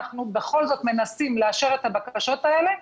אנחנו בכל זאת מנסים לאשר את הבקשות האלה,